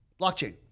blockchain